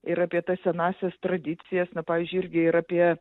ir apie tas senąsias tradicijas na pavyzdžiui irgi apie